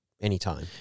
anytime